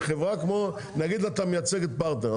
נגיד אתה מייצג את פרטנר,